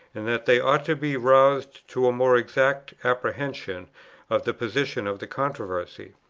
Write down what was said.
and that they ought to be roused to a more exact apprehension of the position of the controversy.